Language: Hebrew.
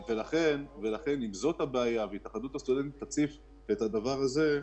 אם התאחדות הסטודנטים תציף את הדבר הזה,